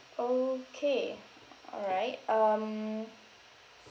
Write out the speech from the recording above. okay all right um